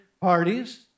parties